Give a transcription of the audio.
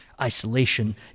isolation